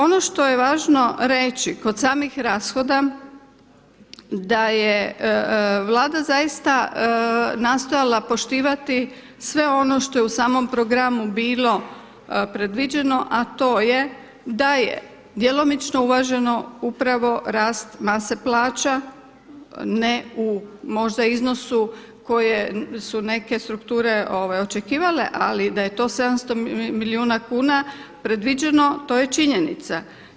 Ono što je važno reći kod samih rashoda da je Vlada zaista nastojala poštivati sve ono što je u samom programu bilo predviđeno a to je da je djelomično uvaženo upravo rast mase plaća, ne u možda iznosu koje su neke strukture očekivale ali da je to 700 milijuna kuna predviđeno to je činjenica.